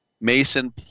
Mason